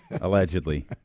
Allegedly